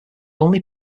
only